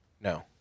No